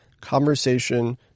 conversation